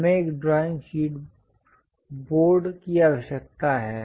हमें एक drawing board की आवश्यकता है